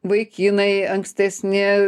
vaikinai ankstesni